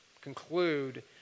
conclude